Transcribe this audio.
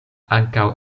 ankaŭ